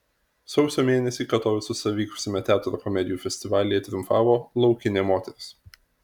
sausio mėnesį katovicuose vykusiame teatro komedijų festivalyje triumfavo laukinė moteris